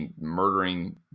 murdering